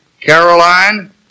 Caroline